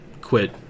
quit